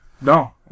No